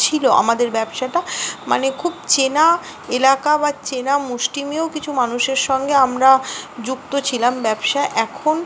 ছিলো আমাদের ব্যবসাটা মানে খুব চেনা এলাকা বা চেনা মুষ্টিমেয় কিছু মানুষের সঙ্গে আমরা যুক্ত ছিলাম ব্যবসা এখন